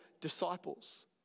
disciples